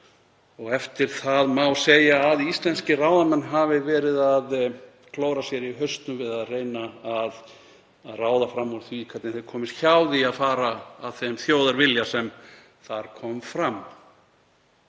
Eftir það má segja að íslenskir ráðamenn hafi verið að klóra sér í hausnum við að reyna að ráða fram úr því hvernig þeir komist hjá því að fara að þeim þjóðarvilja sem þar kom fram.